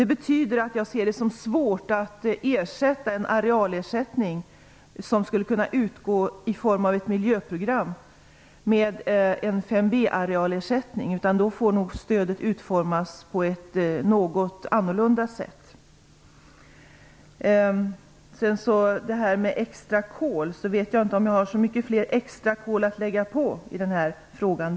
Det betyder att jag tycker att det verkar vara svårt att ersätta en arealersättning som skulle kunna utgå i form av ett miljöprogram med en 5 B-arealersättning. Då får nog stödet utformas på ett något annorlunda sätt. Jag vet inte om jag har så många fler extra kol att lägga på i den här frågan.